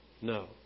no